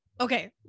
Okay